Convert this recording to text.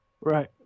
Right